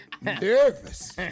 Nervous